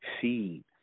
seed